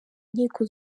nkiko